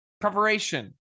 preparation